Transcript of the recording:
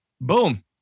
boom